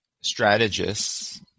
strategists